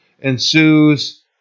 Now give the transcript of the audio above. ensues